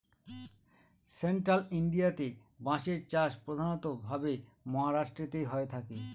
central ইন্ডিয়াতে বাঁশের চাষ প্রধান ভাবে মহারাষ্ট্রেতে হয়ে থাকে